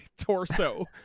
torso